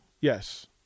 yes